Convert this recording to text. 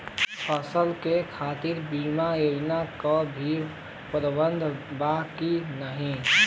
फसल के खातीर बिमा योजना क भी प्रवाधान बा की नाही?